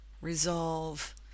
resolve